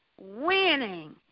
winning